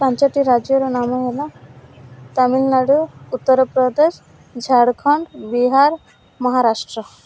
ପାଞ୍ଚଟି ରାଜ୍ୟର ନାମ ହେଲା ତାମିଲନାଡ଼ୁ ଉତ୍ତରପ୍ରଦେଶ ଝାଡ଼ଖଣ୍ଡ ବିହାର ମହାରାଷ୍ଟ୍ର